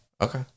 okay